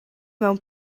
mewn